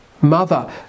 mother